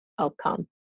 outcome